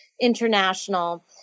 International